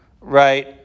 right